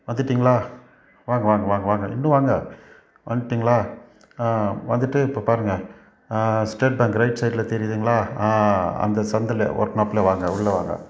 வந்துவிட்டிங்களா வாங்க வாங்க வாங்க வாங்க இன்னும் வாங்க வந்துட்டிங்களா வந்துவிட்டு இப்போ பாருங்க ஸ்டேட் பேங்க் ரைட் சைட்டில் தெரியுதுங்களா ஆ அந்த சந்திலே ஒட்டினாப்புலே வாங்க உள்ளே வாங்க